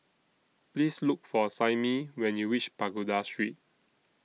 Please Look For Simmie when YOU REACH Pagoda Street